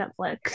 Netflix